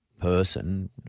person